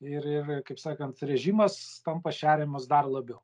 ir ir kaip sakant režimas tampa šeriamas dar labiau